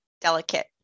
delicate